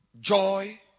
Joy